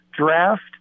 draft